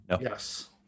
Yes